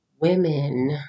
women